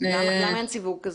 למה אין סיווג כזה?